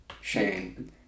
Shane